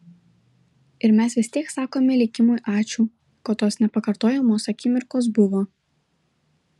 ir mes vis tiek sakome likimui ačiū kad tos nepakartojamos akimirkos buvo